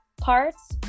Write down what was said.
parts